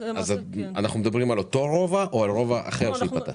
אנחנו מדברים על אותו רובע או על רובע אחר שייפתח?